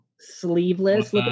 sleeveless